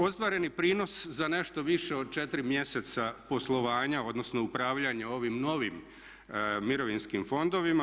Ostvareni prinos za nešto više od 4 mjeseca poslovanja, odnosno upravljanja ovim novim mirovinskim fondovima.